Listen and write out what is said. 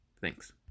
Thanks